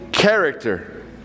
Character